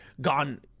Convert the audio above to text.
gone